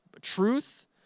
truth